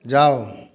जाओ